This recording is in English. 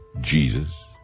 Jesus